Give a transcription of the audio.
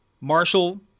Marshall